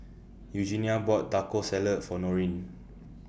Eugenia bought Taco Salad For Norene